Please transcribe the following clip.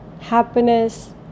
happiness